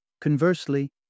Conversely